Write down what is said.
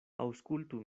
aŭskultu